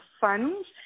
funds